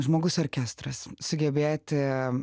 žmogus orkestras sugebėti